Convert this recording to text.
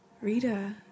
Rita